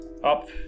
Up